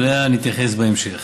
שאליה נתייחס בהמשך.